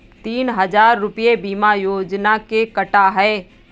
तीन हजार रूपए बीमा योजना के कटा है